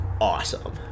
awesome